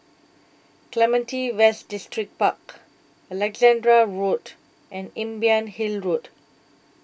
Clementi West Distripark Alexandra Road and Imbiah Hill Road